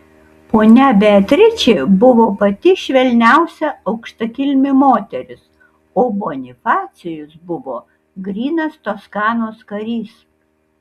ponia beatričė buvo pati švelniausia aukštakilmė moteris o bonifacijus buvo grynas toskanos karys